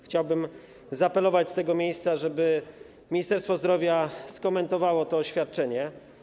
Chciałbym zaapelować z tego miejsca, żeby Ministerstwo Zdrowia skomentowało to oświadczenie.